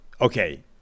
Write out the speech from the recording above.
Okay